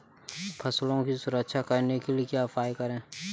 फसलों की सुरक्षा करने के लिए क्या उपाय करें?